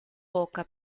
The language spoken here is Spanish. boca